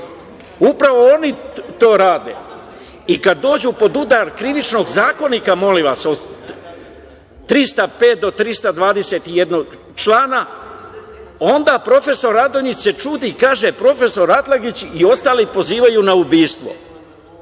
Upravo oni to rade. Kada dođu pod udar Krivičnog zakonika, molim vas, 305. do 321. člana, onda se profesor Radonjić čudi i kaže – profesor Atlagić i ostali pozivaju na ubistvo